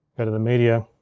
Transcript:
go to the media.